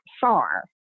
far